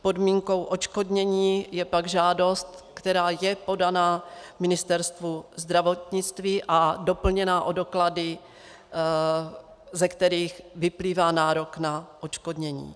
Podmínkou odškodnění je pak žádost, která je podaná Ministerstvu zdravotnictví a doplněná o doklady, ze kterých vyplývá nárok na odškodnění.